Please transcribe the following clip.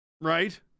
Right